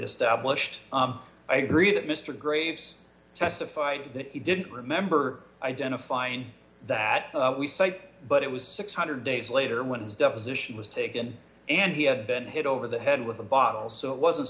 established i agree that mr graves testified that he didn't remember identifying that we cite but it was six hundred days later when his deposition was taken and he had been hit over the head with a bottle so it wasn't